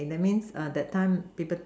that means err that time people